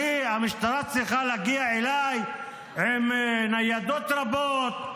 המשטרה צריכה להגיע אליי עם ניידות רבות,